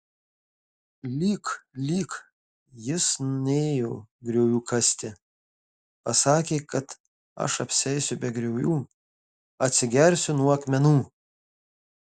lyk lyk jis nėjo griovių kasti pasakė kad aš apsieisiu be griovių atsigersiu nuo akmenų